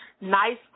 nice